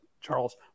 Charles